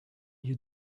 you